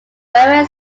railway